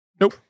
nope